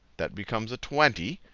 that becomes a twenty,